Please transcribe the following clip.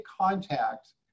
contact